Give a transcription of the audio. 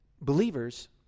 believers